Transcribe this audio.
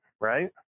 Right